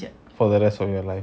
for the rest of your life